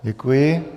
Děkuji.